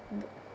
the